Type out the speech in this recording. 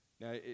Now